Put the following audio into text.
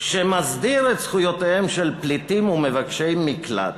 שמסדיר את זכויותיהם של פליטים ומבקשי מקלט,